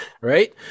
right